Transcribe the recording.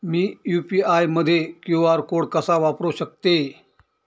मी UPI मध्ये QR code कसा वापरु शकते?